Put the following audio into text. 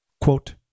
Quote